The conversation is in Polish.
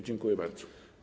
Dziękuję bardzo.